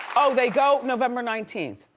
oh they go november nineteenth.